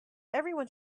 everyone